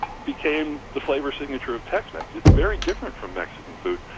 became the flavor signature of tex-mex. it's very different from mexican food.